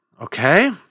Okay